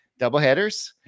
doubleheaders